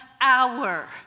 hour